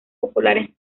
populares